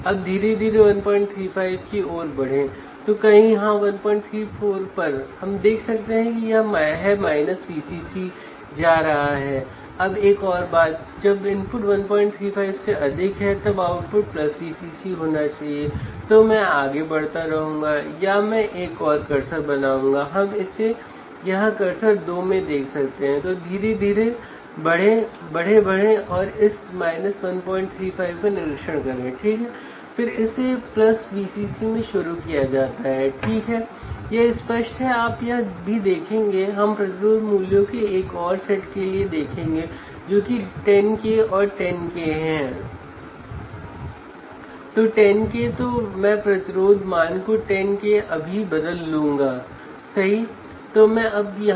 अब V1 पर 1 kilohertz और 1 volt peak to peak sine wave लगाएँ V2 पर किलोहर्ट्ज़ और 2 volt peak to peak sine wave लगाएँ